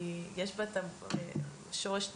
יש את השורש טפיל,